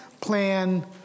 plan